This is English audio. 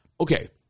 Okay